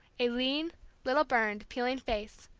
a lean little burned, peeling face,